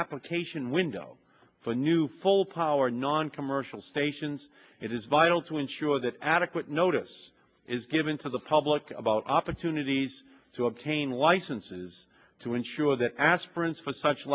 application window for new full power noncommercial stations it is vital to ensure that adequate notice is given to the public about opportunities to obtain licenses to ensure that aspirants for such